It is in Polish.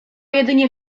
jedynie